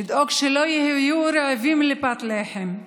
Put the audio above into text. לדאוג שלא יהיו רעבים לפת לחם,